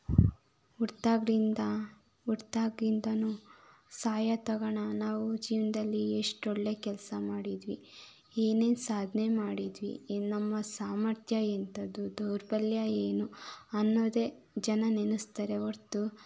ಹುಟ್ದಾಗ್ಲಿಂದ ಹುಟ್ದಾಗಿಂದನು ಸಾಯೋತಗಣ ನಾವು ಜೀವನದಲ್ಲಿ ಎಷ್ಟೊಳ್ಳೆ ಕೆಲಸ ಮಾಡಿದ್ವಿ ಏನೇನು ಸಾಧನೆ ಮಾಡಿದ್ವಿ ನಮ್ಮ ಸಾಮರ್ಥ್ಯ ಎಂಥದು ದೌರ್ಬಲ್ಯ ಏನು ಅನ್ನೋದೇ ಜನ ನೆನೆಸ್ತಾರೆ ಹೊರತು